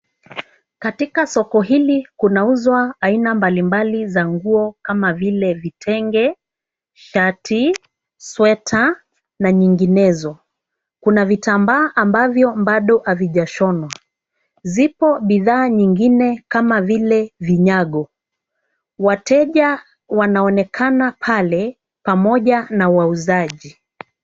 Katika soko hili kunauzwa aina mbalimbali za nguo kama vile vitenge, shati, sweta na nyinginezo. Kuna vitambaa ambavyo bado havijashonwa. Zipo bidhaa nyingine kama vile vinyago. Wateja wanaonekana pale pamoja na wauzaji.